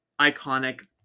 iconic